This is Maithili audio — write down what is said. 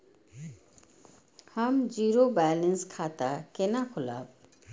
हम जीरो बैलेंस खाता केना खोलाब?